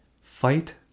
Fight